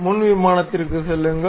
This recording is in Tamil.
முன் தளத்திற்குச் செல்லுங்கள்